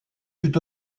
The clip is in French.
fut